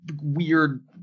weird